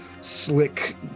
slick